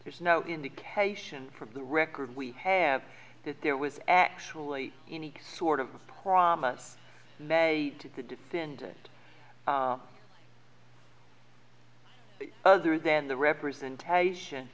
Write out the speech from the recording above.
there's no indication from the record we have that there was actually any sort of promise made to the defendant other than the representation